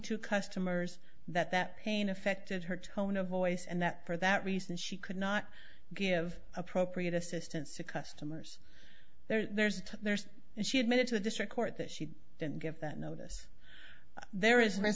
to customers that that pain affected her tone of voice and that for that reason she could not give appropriate assistance to customers there's theirs and she admitted to the district court that she didn't give that notice there is m